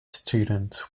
students